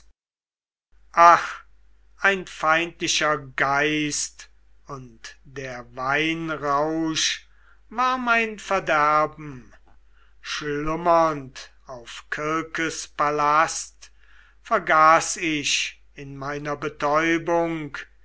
ein feindlicher geist und der weinrausch war mein verderben schlummernd auf kirkes palast vergaß ich in meiner betäubung